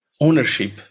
ownership